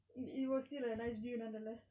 it it was still a nice view nonetheless